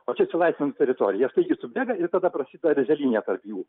o čia atsilaisvinus teritorija jie staigiai subėga ir tada prasideda erzelynė tarp jų